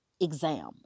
exam